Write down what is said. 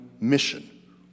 Mission